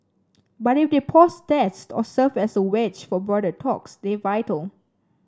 but if they pause tests or serve as a wedge for broader talks they're vital